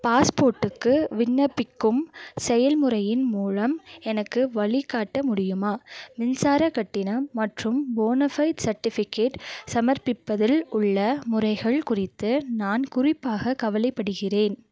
பாஸ்போர்ட்டுக்கு விண்ணப்பிக்கும் செயல்முறையின் மூலம் எனக்கு வழிகாட்ட முடியுமா மின்சாரக் கட்டணம் மற்றும் போனஃபைட் செர்டிஃபிகேட் சமர்ப்பிப்பதில் உள்ள முறைகள் குறித்து நான் குறிப்பாக கவலைப்படுகிறேன்